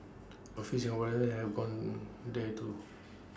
A few Singaporeans have gone there too